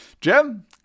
Jim